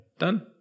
done